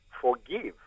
forgive